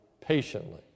patiently